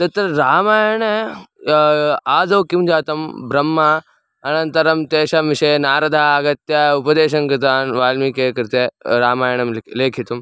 तत्र रामायणे आदौ किं जातं ब्रह्मा अनन्तरं तेषां विषये नारदः आगत्य उपदेशं कृतवान् वाल्मीकेः कृते रामायणं लिक् लेखितुं